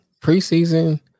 preseason